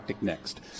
next